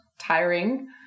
tiring